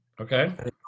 Okay